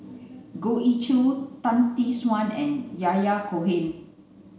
Goh Ee Choo Tan Tee Suan and Yahya Cohen